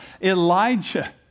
Elijah